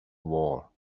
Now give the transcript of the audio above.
war